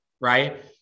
Right